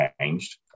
changed